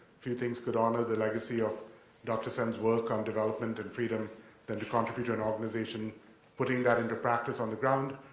few things could honor the legacy of doctor sen's work on development and freedom than to contribute to an organization putting that into practice on the ground.